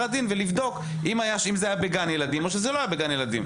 הדין ולבדוק אם זה היה בגן ילדים או לא בגן ילדים.